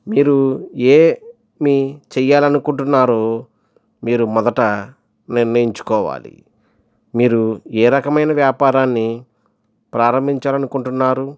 మీరు ఏమి చేయాలి అనుకుంటున్నారో మీరు మొదట నిర్ణయించుకోవాలి మీరు ఏ రకమైన వ్యాపారాన్ని ప్రారంభించాలి అనుకుంటున్నారు